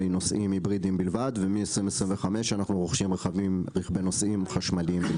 נוסעים היברידיים בלבד ומ-2025 אנו רוכשים רכבי נוסעים חשמליים.